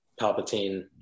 Palpatine